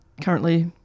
currently